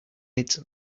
its